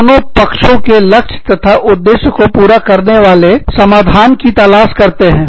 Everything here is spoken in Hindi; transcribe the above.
दोनों पक्षों के लक्ष्य तथा उद्देश्यों को पूरा करने वाले समाधान की तलाश करते हैं